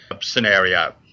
scenario